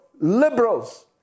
liberals